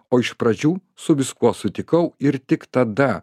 o iš pradžių su viskuo sutikau ir tik tada